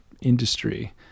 industry